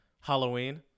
Halloween